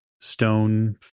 stone